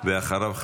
תודה, גברתי.